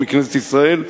מכנסת ישראל,